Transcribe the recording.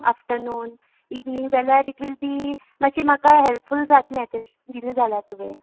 afternoon evening जाल्यार it will be माश्शें म्हाका हॅल्पफूल जातलें तेश दिल जाल्या तुंवें